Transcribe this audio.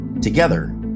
Together